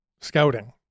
scouting